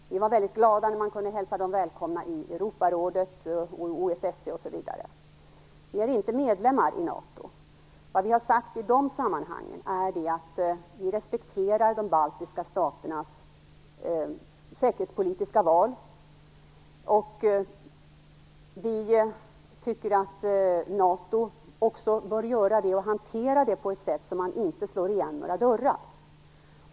Vi var väldigt glada när man kunde hälsa dem välkomna i Vi är inte medlemmar i NATO. Vad vi har sagt i de sammanhangen är att vi respekterar de baltiska staternas säkerhetspolitiska val. Vi tycker att NATO också bör göra det, och hantera frågan på ett sätt så att man inte slår igen några dörrar.